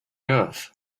earth